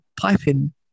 piping